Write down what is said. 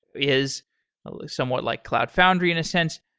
is somewhat like cloud foundry in a sense.